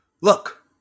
look